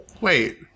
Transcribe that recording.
Wait